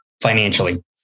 financially